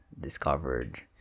discovered